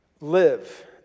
live